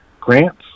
Grants